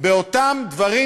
באותם דברים,